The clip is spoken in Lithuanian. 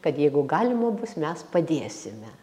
kad jeigu galima bus mes padėsime